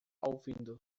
ouvindo